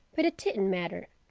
but it didn't matter.